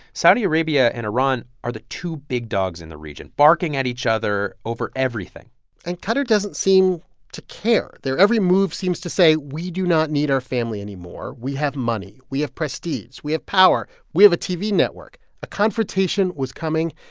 saudi arabia and iran are the two big dogs in the region, barking at each other over everything and qatar doesn't seem to care. their every move seems to say, we do not need our family anymore. we have money. we have prestige. we have power. we have a tv network. a confrontation was coming,